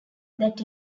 that